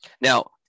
Now